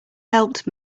helped